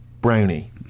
brownie